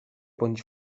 bądź